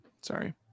Sorry